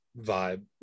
vibe